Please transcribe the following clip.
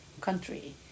country